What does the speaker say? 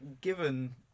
Given